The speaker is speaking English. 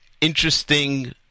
interesting